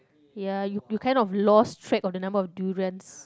ya you you kind of lost track of the number of durians